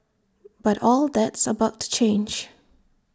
but all that's about to change